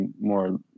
more